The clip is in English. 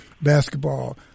basketball